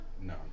No